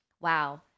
wow